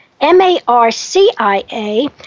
M-A-R-C-I-A